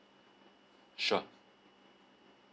sure